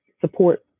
Support